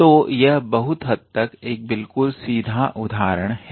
तो यह बहुत हद तक बिल्कुल सीधा उदाहरण है